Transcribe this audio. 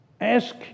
Ask